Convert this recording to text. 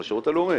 על השירות הלאומי.